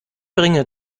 bringe